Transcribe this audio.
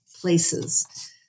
places